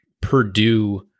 Purdue